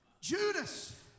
Judas